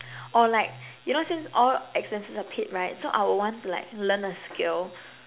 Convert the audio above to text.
or like you know since all expenses are paid right so I would want to like learn a skill